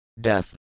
death